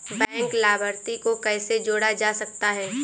Bank लाभार्थी को कैसे जोड़ा जा सकता है?